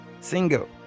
Single